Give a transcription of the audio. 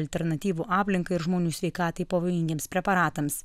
alternatyvų aplinkai ir žmonių sveikatai pavojingiems preparatams